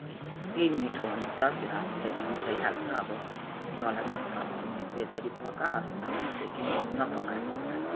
त्यही मिठो हुन्छ हामीलाई त मिठै लाग्छ अब तँलाई मनपऱ्यो भने त्यसरी पका होइन भनेदेखि नपका जा